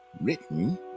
written